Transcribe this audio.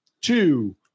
two